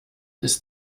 ist